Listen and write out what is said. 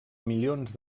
milions